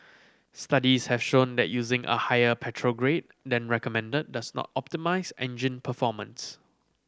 studies have shown that using a higher petrol grade than recommended does not optimise engine performance